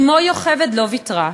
אמו יוכבד לא ויתרה,